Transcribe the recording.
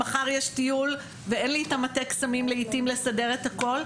מחר יש טיול ואין לי את המטה קסמים לעיתים לסדר את הכל.